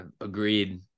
Agreed